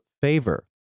favor